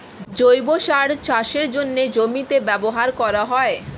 জৈব সার চাষের জন্যে জমিতে ব্যবহার করা হয়